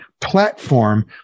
platform